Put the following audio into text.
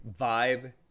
vibe